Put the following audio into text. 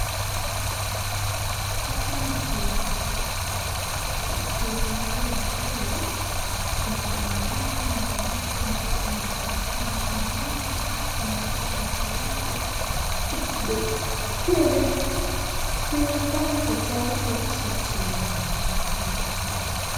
Hapa ni kiwanja, kiwanja hii ambayo kuna mama moja mlemavu ambaye amekaa katika mashini yake na amevaa shati lake limeandikwa Kenya, akiwa pale tayari kurusha mshale wake. Ni mchezaji.